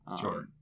Sure